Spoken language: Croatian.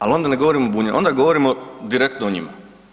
Ali onda ne govorimo o Bunjevcima, onda govorimo direktno o njima.